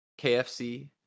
KFC